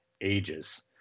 ages